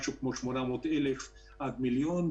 מדובר על משהו כמו 800,000 עד מיליון.